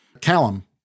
Callum